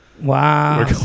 Wow